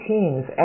Teams